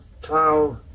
plow